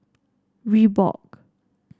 Reebok